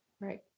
Right